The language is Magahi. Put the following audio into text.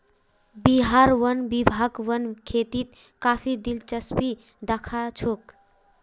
बिहार वन विभाग वन खेतीत काफी दिलचस्पी दखा छोक